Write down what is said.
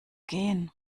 gehen